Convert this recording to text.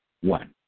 One